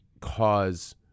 cause